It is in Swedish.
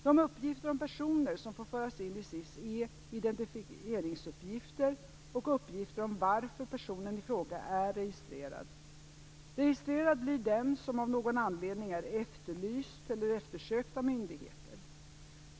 De uppgifter om personer som får föras in i SIS är identifieringsuppgifter och uppgifter om varför personen i fråga är registrerad. Registrerad blir den som av någon anledning är efterlyst, eller eftersökt av myndigheter.